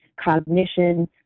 cognition